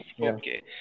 Okay